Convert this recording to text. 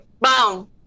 Boom